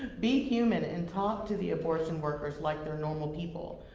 be human, and talk to the abortion workers like they're normal people.